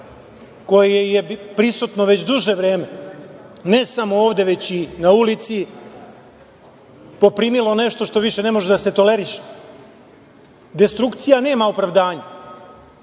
koje je prisutno već duže vreme, ne samo ovde već i na ulici, poprimilo nešto što više ne može da se toleriše. Destrukcija nema opravdanje.